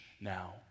now